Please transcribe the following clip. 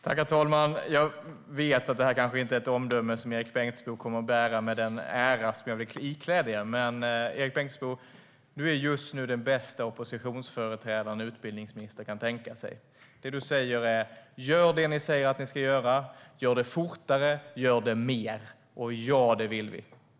Herr talman! Det här är kanske inte ett omdöme som Erik Bengtzboe kommer att bära med den ära som jag vill iklä det, men, Erik Bengtzboe, du är just nu den bästa oppositionsföreträdare en utbildningsminister kan tänka sig. Det du säger är: Gör det ni säger att ni ska göra, gör det fortare och gör det mer! Och ja, det vill vi!